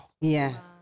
Yes